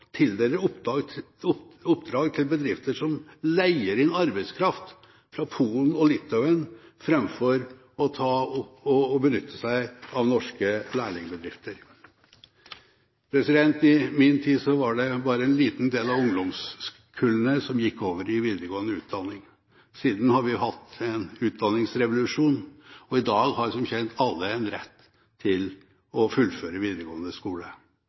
tildeler oppdrag til bedrifter som leier inn arbeidskraft fra Polen og Litauen, framfor å benytte seg av norske lærlingbedrifter. I min tid var det bare en liten del av ungdomskullene som gikk over i videregående utdanning. Siden har vi hatt en utdanningsrevolusjon, og i dag har som kjent alle en rett til å fullføre videregående skole.